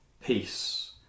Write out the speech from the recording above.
Peace